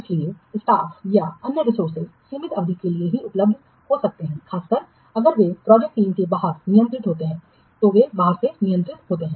इसलिए स्टाफ या अन्य रिसोर्सेज सीमित अवधि के लिए ही उपलब्ध हो सकते हैं खासकर अगर वे प्रोजेक्ट टीम के बाहर नियंत्रित होते हैं तो वे बाहर से नियंत्रित होते हैं